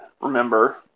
remember